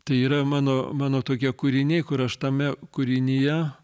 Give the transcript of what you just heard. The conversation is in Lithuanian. tai yra mano mano tokie kūriniai kur aš tame kūrinyje